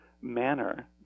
manner